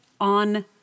on